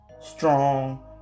Strong